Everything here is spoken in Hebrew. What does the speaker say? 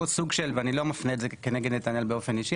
ואני לא מפנה את זה כנגד נתנאל באופן אישי,